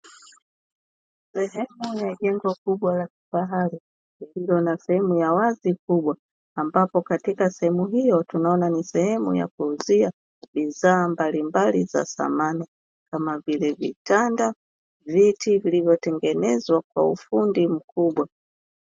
Sehemu ya jengo kubwa la kifahari kukiwa na sehemu ya wazi kubwa, ambapo Katika sehemu hiyo tunaona ni sehemu ya kuuzia bidhaa mbalimbali za samani kama vile: vitanda, viti vilivyotengenezwa kwa ufundi mkubwa.